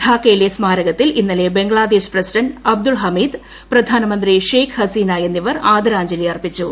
ധാക്കയിലെ സ്മാരകത്തിൽ ഇന്നലെ ബംഗ്ലാദേശ് പ്രസിഡന്റ് അബ്ദുൾ ഹമീദ് പ്രധാനമന്ത്രി ഷേഖ് ഹസീന എന്നിവർ ആദരാജ്ഞലിയർപ്പിച്ചു